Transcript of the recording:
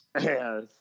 Yes